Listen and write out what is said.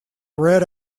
red